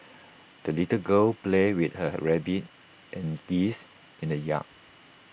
the little girl played with her rabbit and geese in the yard